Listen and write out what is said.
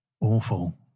Awful